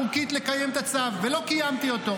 כגוף פוליטי ולנסות לסכל מדיניות של ממשלה נבחרת.